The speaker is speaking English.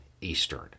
Eastern